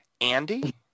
Andy